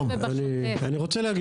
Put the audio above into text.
אנחנו נקרא